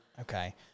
Okay